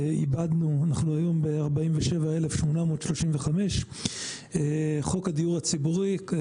היום אנחנו עם 47,835. חוק הדיור הציבורי הוא